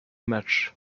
matchs